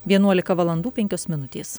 vienuolika valandų penkios minutės